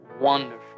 wonderful